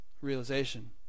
realization